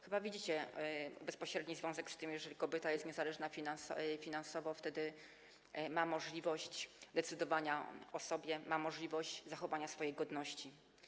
Chyba widzicie bezpośredni związek z tym, że jeżeli kobieta jest niezależna finansowo, ma możliwość decydowania o sobie, ma możliwość zachowania swojej godności.